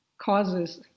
causes